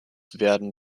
werden